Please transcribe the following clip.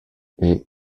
est